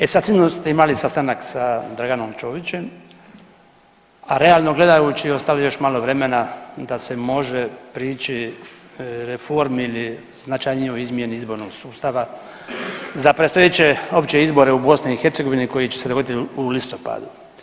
E sad, sigurno ste imali sastanak sa Draganim Čović, a realno gledajući ostalo je još malo vremena da se može prići reformi ili značajnijoj izmjeni izbornog sustava za predstojeće opće izbore u BiH koji će se dogoditi u listopadu.